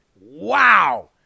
Wow